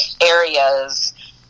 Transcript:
areas